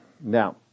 Now